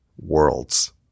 worlds